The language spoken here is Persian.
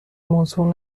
موضوع